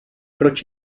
proč